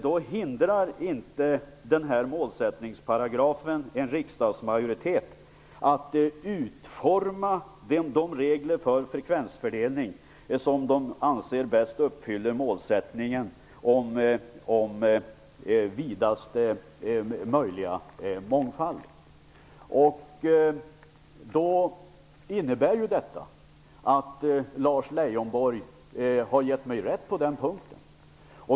Då hindrar inte den här målsättningsparagrafen en riksdagsmajoritet att utforma de regler för frekvensfördelning som den anser bäst uppfyller målsättningen om vidast möjliga mångfald. Detta innebär att Lars Leijonborg har gett mig rätt på den punkten.